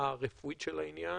הרפואית של העניין.